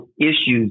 issues